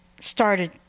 started